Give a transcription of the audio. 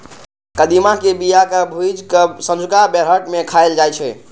कदीमा के बिया कें भूजि कें संझुका बेरहट मे खाएल जाइ छै